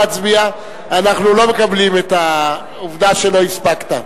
אנחנו לא מקבלים את העובדה שלא הספקת.